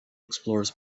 explores